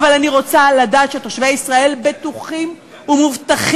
אבל אני רוצה לדעת שתושבי ישראל בטוחים ומובטחים,